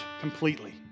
completely